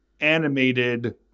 animated